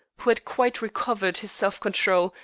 who had quite recovered his self-control,